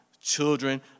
children